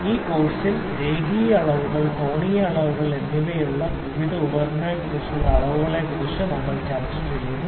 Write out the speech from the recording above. ഈ കോഴ്സിൽ രേഖീയ അളവുകൾ കോണീയ അളവുകൾ എന്നിവയ്ക്കുള്ള വിവിധ ഉപകരണങ്ങളെക്കുറിച്ചുള്ള അളവുകളെക്കുറിച്ച് നമ്മൾ ചർച്ച ചെയ്യുന്നു